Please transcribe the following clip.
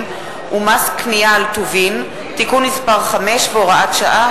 ומס קנייה על טובין (תיקון מס' 5 והוראת שעה),